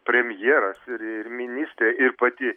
premjeras ir ir ministrė ir pati